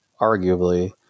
arguably